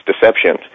deception